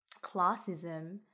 classism